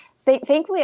Thankfully